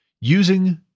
Using